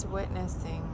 witnessing